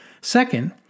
Second